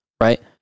Right